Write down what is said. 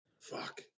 Fuck